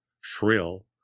shrill